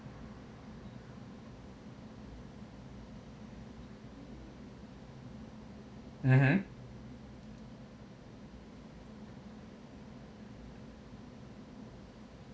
mmhmm